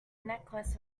necklace